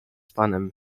panem